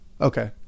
Okay